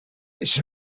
its